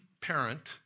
parent